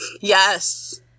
Yes